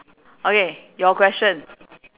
okay your question